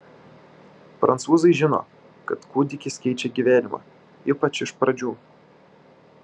prancūzai žino kad kūdikis keičia gyvenimą ypač iš pradžių